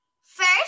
First